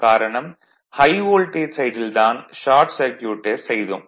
காரணம் high voltage சைடில் தான் ஷார்ட் சர்க்யூட் டெஸ்ட் செய்தோம்